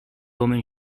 woman